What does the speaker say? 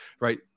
Right